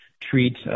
treat